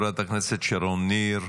חברת הכנסת שרון ניר,